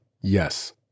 yes